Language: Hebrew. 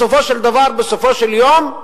בסופו של דבר, בסופו של יום,